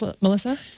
Melissa